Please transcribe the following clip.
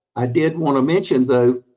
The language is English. i did wanna mention, though,